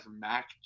Mac